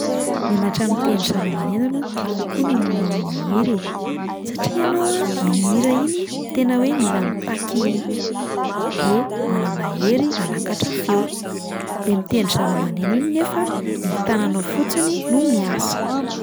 Mianatra mitendry zava-maneno aloha no tiako kokoa noho ny mihira e, satria ianao a mihira iny tena hoe mila mitaky- hoe manana hery hanakatra feo, le mitendry zava-maneno iny nefa ny tànana fotsiny no miasa.